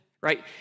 Right